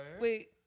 Wait